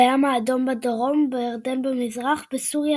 בים האדום בדרום, בירדן במזרח, בסוריה